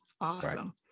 awesome